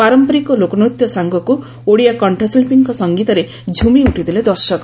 ପାରମ୍ମରିକ ଲୋକନୃତ୍ୟ ସାଙ୍ଗକୁ ଓଡ଼ିଆ କଣ୍ଣଶିକ୍ଷୀଙ୍କ ସଂଗୀତରେ ଝୁମିଉଠିଥିଲେ ଦର୍ଶକ